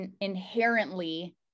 inherently